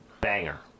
Banger